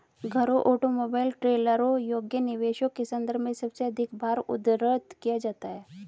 घरों, ऑटोमोबाइल, ट्रेलरों योग्य निवेशों के संदर्भ में सबसे अधिक बार उद्धृत किया जाता है